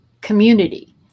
community